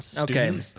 okay